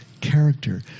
character